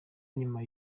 nyuma